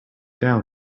down